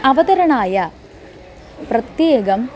अवतरणाय प्रत्येकम्